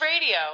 Radio